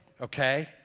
okay